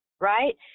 Right